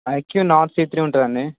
actual Nord C three ఉంటుంది అండి